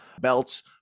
belts